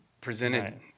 presented